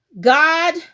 God